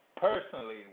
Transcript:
personally